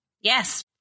yes